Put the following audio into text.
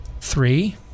Three